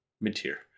mid-tier